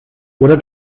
oder